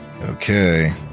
Okay